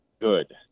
good